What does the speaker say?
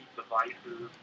devices